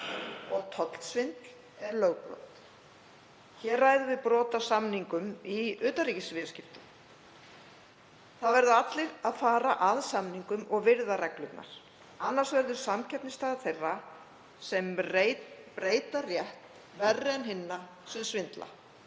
Og tollsvindl er lögbrot. Hér ræðum við brot á samningum í utanríkisviðskiptum. Allir verða að fara að samningum og virða reglurnar. Annars verður samkeppnisstaða þeirra sem breyta rétt verri en hinna sem svindla.